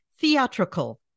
theatrical